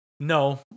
No